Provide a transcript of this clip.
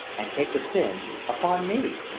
and take the sin upon me.